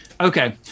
Okay